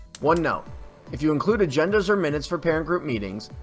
one note if you include agendas or minutes for parent group meetings,